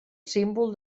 símbol